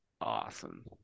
awesome